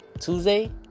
Tuesday